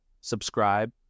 subscribe